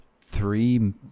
three